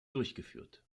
durchgeführt